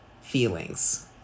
feelings